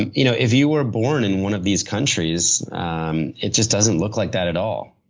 and you know if you were born in one of these countries, um it just doesn't look like that at all.